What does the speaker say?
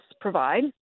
provide